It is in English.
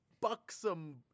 buxom